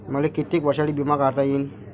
मले कितीक वर्षासाठी बिमा काढता येईन?